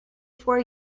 four